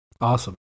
Awesome